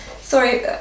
sorry